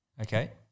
Okay